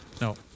No